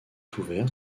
ouvert